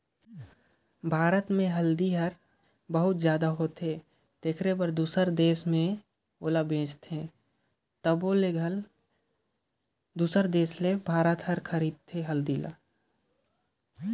भारत में हरदी ढेरे होथे अउ एला दूसर देस में घलो निरयात करथे तबो ले हरदी ल अयात घलो करथें